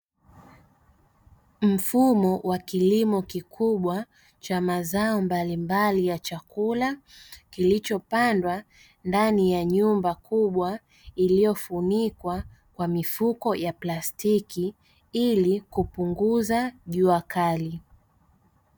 Mfumo wa kilio kibwa cha mazao mbalimbali ya chakula kilichopandwa ndani ya nyumba kubwa, iliyofunikwa kwa mifuko ya plastiki ili kupunguza jua kali.